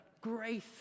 grace